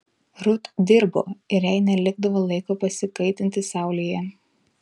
rut dirbo ir jai nelikdavo laiko pasikaitinti saulėje